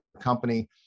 company